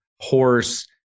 horse